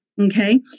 Okay